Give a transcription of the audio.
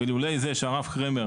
ואילולא זה שהרב חרמר